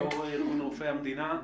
יו"ר ארגון רופאי המדינה.